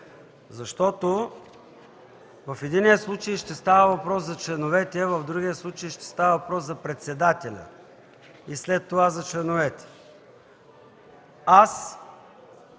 Защото в единия случай ще става въпрос за членовете, а в другия случай ще става въпрос за председателя и след това за членовете. Аз